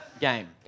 game